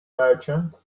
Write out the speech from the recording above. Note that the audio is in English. merchant